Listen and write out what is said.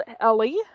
Ellie